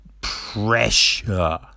pressure